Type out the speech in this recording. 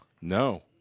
No